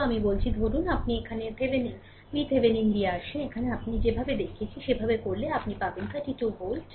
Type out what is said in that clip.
সুতরাং আমি বলছি ধরুন আপনি এখানে Thevenin VThevenin দিয়ে আসেন এখানে আমি আপনাকে যেভাবে দেখিয়েছি সেভাবে করলে আপনি পাবেন 32 ভোল্ট